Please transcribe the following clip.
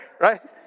right